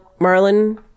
Marlon